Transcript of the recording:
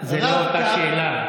זו לא אותה שאלה.